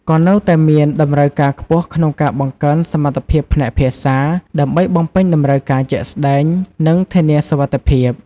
ក៏នៅតែមានតម្រូវការខ្ពស់ក្នុងការបង្កើនសមត្ថភាពផ្នែកភាសា ដើម្បីបំពេញតម្រូវការជាក់ស្ដែង និងធានាសុវត្ថិភាព។